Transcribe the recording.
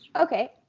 Okay